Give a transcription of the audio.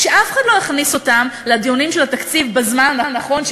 שאף אחד לא הכניס אותם לדיונים של התקציב בזמן הנכון,